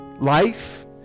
life